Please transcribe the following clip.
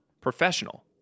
professional